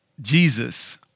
Jesus